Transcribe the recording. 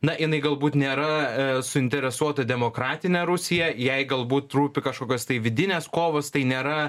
na jinai galbūt nėra a suinteresuota demokratine rusija jai galbūt rūpi kažkokios tai vidinės kovos tai nėra